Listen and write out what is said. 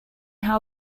how